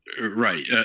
Right